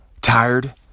tired